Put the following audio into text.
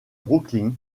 brooklyn